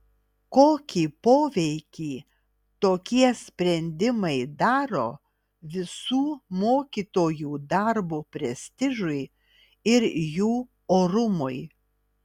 kokį poveikį tokie sprendimai daro visų mokytojų darbo prestižui ir jų orumui